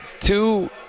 two